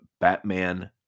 Batman